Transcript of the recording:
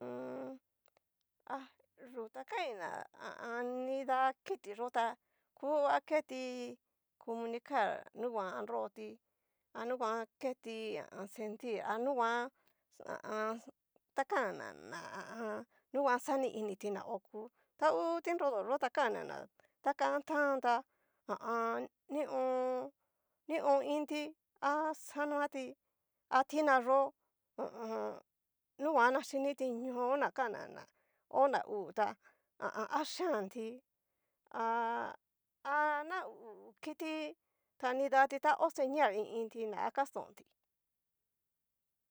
Mmmm yu ta kain na nida kiti yo ta, ku aketi comunicar nunguan nroti, nunguan keti sentir, ha nunguan ha a an. takana na ha a an. nuguan xani initi na oku, ta ngu tinrodo yó ta kanna ná ta kan tán ta ha a an. nion nion inti, ha xanaoti a tina yó ho o on. nunguan na chiniti ñoo, na kana ná ho na ú tá ha a an. a yian ti ha na hu u kiti ta nidati ta ho señal i iin ti na akastonti.